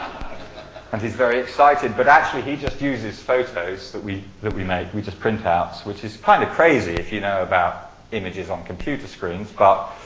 and he's very excited. but actually, he just uses photos that we that we make, we just print out, which is kind of crazy if you know about images on computer screens. but